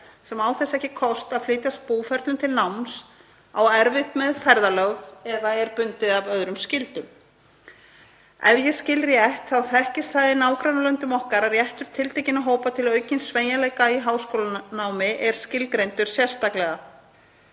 sem á þess ekki kost að flytjast búferlum til náms, á erfitt með ferðalög eða er bundið af öðrum skyldum. Ef ég skil rétt þá þekkist það í nágrannalöndum okkar að réttur tiltekinna hópa til aukins sveigjanleika í háskólanámi er skilgreindur sérstaklega.